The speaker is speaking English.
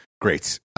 Great